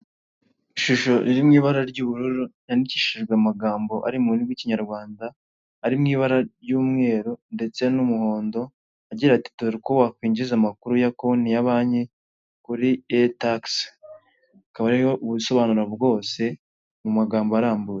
Ishusho iri mu ibara ry'ubururu yandikishijwe amagambo ari mu rumi rw'ikinyarwanda ari mu ibara ry'umweru ndetse n'umuhondo, agira ati dore uko wakwinjiza amakuru ya konti ya banki kuri aetakisi, hakaba hariho ubusobanuro bwose mu magambo arambuye.